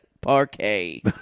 parquet